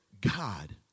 God